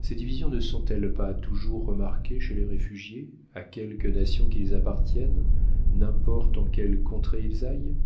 ces divisions ne se sont-elles pas toujours remarquées chez les réfugiés à quelque nation qu'ils appartiennent n'importe en quelles contrées ils